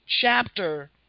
chapter